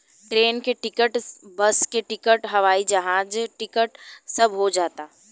train के ticket, bus के ticket, हवाई जहाज टिकट सब हो जाता